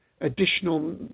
additional